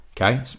okay